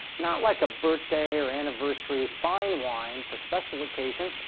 not like a birthday or anniversary fine wine for special occasions,